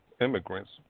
immigrants